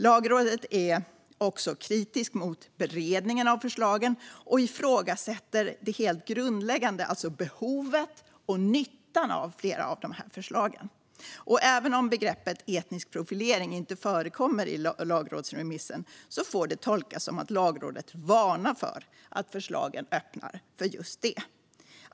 Lagrådet är också kritiskt mot beredningen av förslagen och ifrågasätter det helt grundläggande, alltså behovet och nyttan av flera av förslagen. Även om begreppet etnisk profilering inte förekommer i lagrådsremissen får det tolkas som att Lagrådet varnar för att förslagen öppnar för just detta.